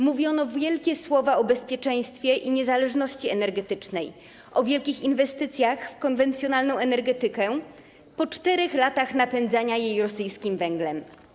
Mówiono wielkie słowa o bezpieczeństwie i niezależności energetycznej, o wielkich inwestycjach w konwencjonalną energetykę - po 4 latach napędzania jej rosyjskim węglem.